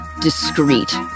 discreet